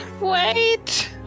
Wait